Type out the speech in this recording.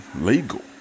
Legal